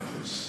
מאה אחוז.